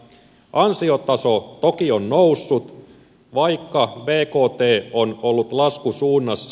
ansiotaso toki on noussut vaikka bkt on ollut laskusuunnassa